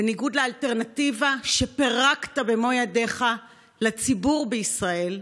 בניגוד לאלטרנטיבה שפירקת במו ידיך לציבור בישראל.